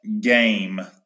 game